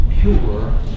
pure